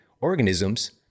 organisms